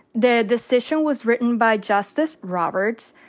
the decision was written by justice roberts.